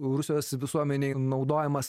rusijos visuomenėj naudojamas